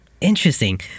Interesting